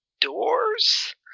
Doors